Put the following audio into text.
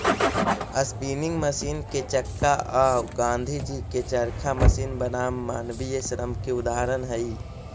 spinning machine के चक्का औ गाँधीजी के चरखा मशीन बनाम मानवीय श्रम के उदाहरण हई